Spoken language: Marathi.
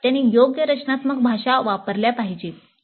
तर त्यांनी योग्य रचनात्मक भाषा वापरल्या पाहिजेत